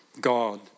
God